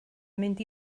mynd